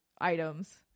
items